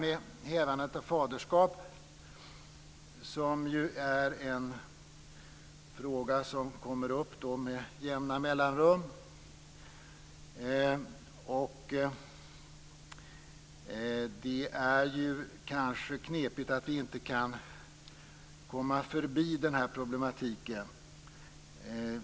Sedan har vi frågan om hävandet av faderskap, som kommer upp med jämna mellanrum. Det är knepigt att vi inte kan komma förbi den här problematiken.